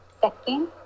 second